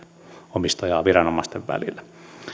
omistajaa viranomaisten välillä